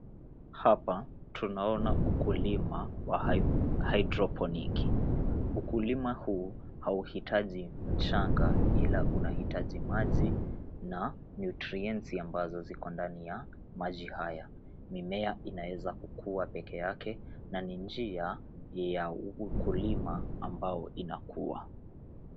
Hapa tunaona ukulima wa hydroponiki . Ukulima huu hauhitaji mchanga, ila unahitaji maji na nutrients ambazo ziko ndani ya maji haya. Mimea inaeza kukua peke yake na ni njia ya ukulima ambao inakua.